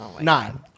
Nine